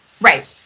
Right